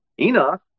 Enoch